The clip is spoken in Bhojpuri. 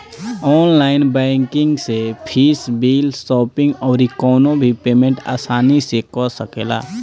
ऑनलाइन बैंकिंग से फ़ीस, बिल, शॉपिंग अउरी कवनो भी पेमेंट आसानी से कअ सकेला